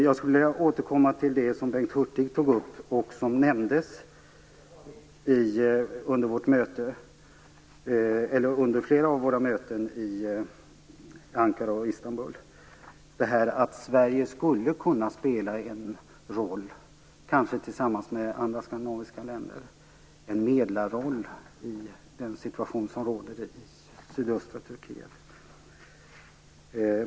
Jag skulle vilja återkomma till det som Bengt Hurtig tog upp och som nämndes under flera av våra möten i Ankara och Istanbul, nämligen att Sverige skulle kunna spela en roll som medlare i den situation som råder i sydöstra Turkiet, kanske tillsammans med andra skandinaviska länder.